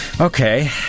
Okay